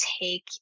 take